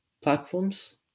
platforms